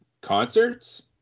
concerts